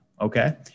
Okay